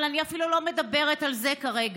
אבל אני אפילו לא מדברת על זה כרגע,